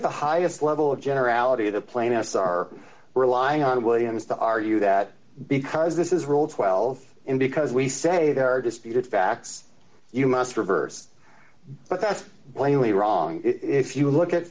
at the highest level of generality the plaintiffs are relying on williams to argue that because this is rule twelve and because we say there are disputed facts you must reverse but that's plainly wrong if you look at